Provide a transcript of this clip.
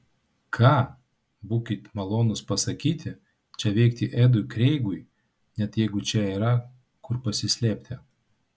ką būkit malonūs pasakyti čia veikti edui kreigui net jeigu čia yra kur pasislėpti